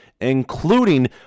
including